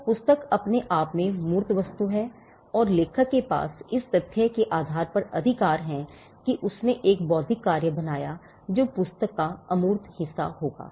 तो पुस्तक अपने आप में मूर्त वस्तु है और लेखक के पास इस तथ्य के आधार पर अधिकार हैं कि उसने एक बौद्धिक कार्य बनाया जो पुस्तक का अमूर्त हिस्सा होगा